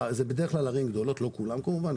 זה בדרך כלל ערים גדולות, אם כי לא כולן כמובן.